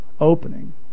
opening